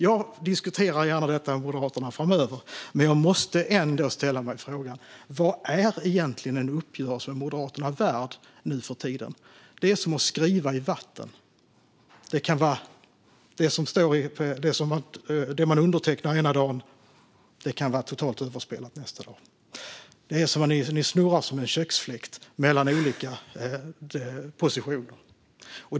Jag diskuterar gärna detta med Moderaterna framöver, men jag måste ändå ställa mig frågan vad en uppgörelse med Moderaterna är värd nu för tiden. Det är som att skriva i vatten. Det man undertecknar ena dagen kan nästa dag vara totalt överspelat. De snurrar som en köksfläkt mellan olika positioner.